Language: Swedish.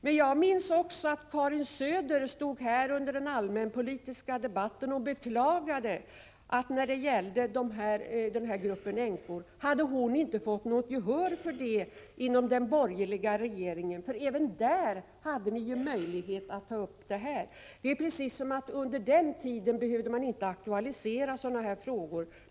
Men jag minns att Karin Söder under den allmänpolitiska debatten beklagade att hon när det gäller den nämnda gruppen änkor inte hade fått gehör inom den borgerliga regeringen. Även då hade ni ju möjlighet att ta upp frågan, men det verkar precis som att man under den tiden inte behövde aktualisera sådana här saker.